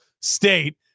State